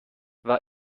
war